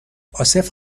عاصف